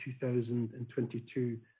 2022